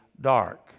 dark